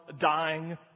dying